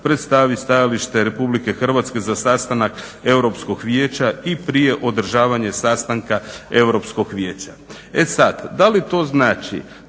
predstavi stajalište Republike Hrvatske za sastanak Europskog vijeća i prije održavanja sastanka Europskog vijeća. E sad, da li to znači